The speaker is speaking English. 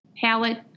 palette